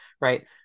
right